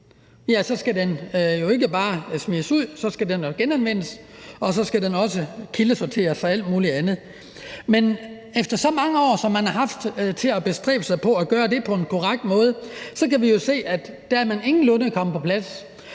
Ja, så skal den jo ikke bare smides ud, men genanvendes, og så skal den også kildesorteres og alt muligt andet. Men efter så mange år, man har haft til at bestræbe sig på at gøre det på en korrekt måde, så kan vi jo se, at man der ingenlunde er kommet på plads.